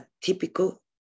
typical